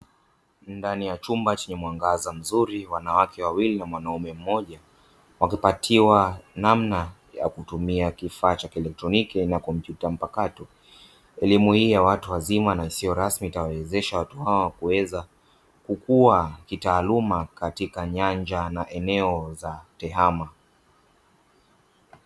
Ndani ya chumba chenye mwangaza mzuri wanawake wawili na mwanaume mmoja, wakipatiwa namna ya kutumia kifaa cha kielektroniki na kompyuta mpakato. elimu hii ya watu wazima na isiyo rasmi itawawezesha watu hawa kuweza kukua kitaaluma katika nyanja na eneo la tehama.